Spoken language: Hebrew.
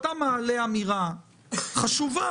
אתה מעלה אמירה חשובה: